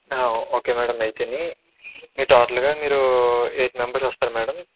okay madam అయితేని మీ టోటల్గా మీరు ఎయిట్ మెంబర్స్ వస్తారా మేడం